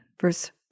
verse